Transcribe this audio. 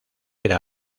era